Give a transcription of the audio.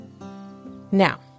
Now